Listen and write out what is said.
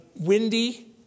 windy